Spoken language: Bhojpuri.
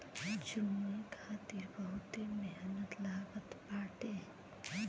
चुने खातिर बहुते मेहनत लागत बाटे